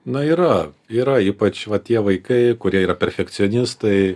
na yra yra ypač va tie vaikai kurie yra perfekcionistai